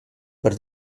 per